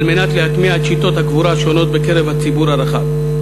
על מנת להטמיע את שיטות הקבורה השונות בקרב הציבור הרחב.